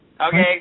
Okay